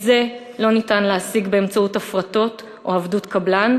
את זה לא ניתן להשיג באמצעות הפרטות או עבדות קבלן,